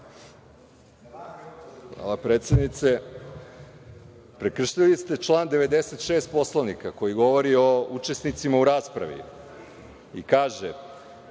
Hvala. Predsednice, prekršili ste član 96. Poslovnika, koji govori o učesnicima u raspravi, koji kaže: